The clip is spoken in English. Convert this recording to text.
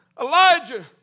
Elijah